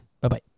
Bye-bye